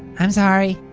i'm sorry.